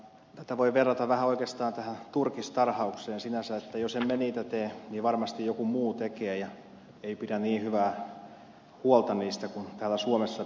tätä voi sinänsä oikeastaan verrata vähän turkistarhaukseen että jos emme sitä tee niin varmasti joku muu tekee ja ei pidä niin hyvää huolta eläimistä kuin täällä suomessa pidetään